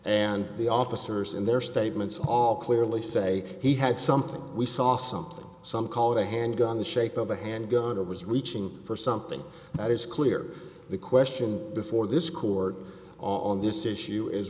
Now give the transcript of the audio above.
and the officers in their statements all clearly say he had something we saw something some call it a handgun the shape of a handgun it was reaching for something that is clear the question before this court on this issue is